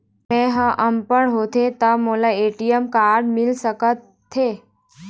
मैं ह अनपढ़ होथे ता मोला ए.टी.एम कारड मिल सका थे?